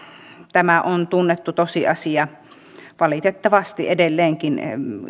tämä on tunnettu tosiasia valitettavasti edelleenkin